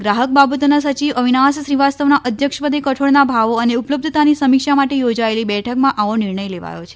ગ્રાહક બાબતોના સચિવ અવિનાશ શ્રીવાસ્તવના અધ્યક્ષપદે કઠોળના ભાવો અને ઉપલબ્ધતાની સમીક્ષા માટે યોજાયેલી બેઠકમાં આવો નિર્ણય લેવાયો છે